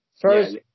First